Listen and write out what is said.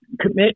commit